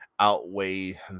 outweigh